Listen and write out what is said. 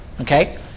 Okay